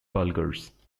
bulgars